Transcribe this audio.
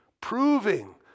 proving